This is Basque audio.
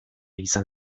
izan